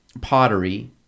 pottery